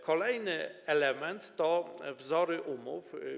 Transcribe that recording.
Kolejny element to wzory umów.